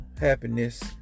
happiness